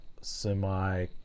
semi